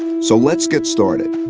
so let's get started.